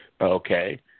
Okay